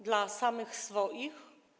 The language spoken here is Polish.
Dla samych swoich?